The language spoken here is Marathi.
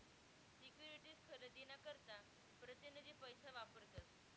सिक्युरीटीज खरेदी ना करता प्रतीनिधी पैसा वापरतस